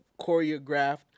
choreographed